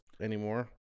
anymore